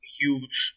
huge